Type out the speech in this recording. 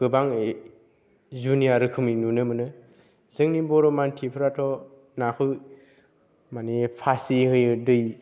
गोबां जुनिया रोखोमनि नुनो मोनो जोंनि बर' मानसिफोराथ' नाखौ माने फासि होयो दै